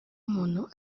umuntu